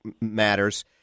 matters